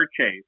chase